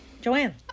Joanne